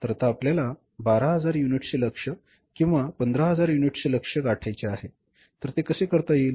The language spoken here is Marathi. तर आता आपल्याला 12000 युनिट्सचे लक्ष्य किंवा 15000 युनिट्सचे लक्ष्य गाठायचे आहे तर ते कसे करता येईल